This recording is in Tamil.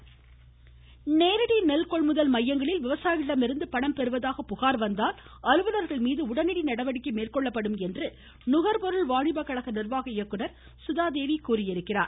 நேரடி நெல் நேரடி நெல் கொள்முதல் மையங்களில் விவசாயிகளிடமிருந்து பணம் பெறுவதாக புகார் வந்தால் அலுவலர்கள் மீது உடனடி நடவடிக்கை மேற்கொள்ளப்படும் என்று நுகர்பொருள் வாணிப கழக நிர்வாக இயக்குநர் சுதாதேவி கூறியிருக்கிறார்